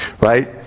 Right